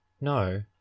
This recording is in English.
No